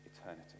eternity